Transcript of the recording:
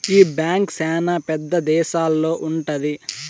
ఈ బ్యాంక్ శ్యానా పెద్ద దేశాల్లో ఉంటది